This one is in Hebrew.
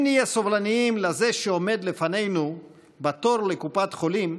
אם נהיה סובלניים לזה שעומד לפנינו בתור לקופת חולים,